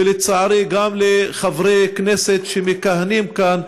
ולצערי גם לחברי כנסת שמכהנים כאן,